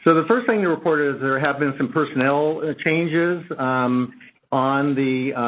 so the first thing to report is there have been some personnel changes on the